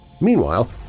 Meanwhile